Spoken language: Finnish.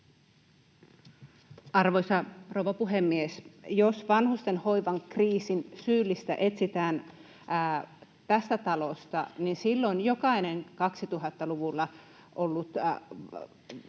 Arvoisa rouva puhemies! Jos vanhustenhoivan kriisin syyllistä etsitään tästä talosta, niin silloin jokainen 2000-luvulla ollut kansanedustaja